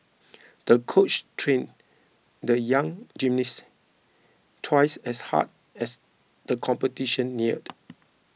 the coach trained the young gymnast twice as hard as the competition neared